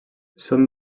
són